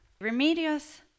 Remedios